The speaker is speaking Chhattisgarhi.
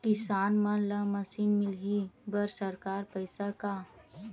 किसान मन ला मशीन मिलही बर सरकार पईसा का?